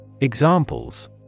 Examples